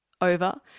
over